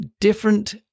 different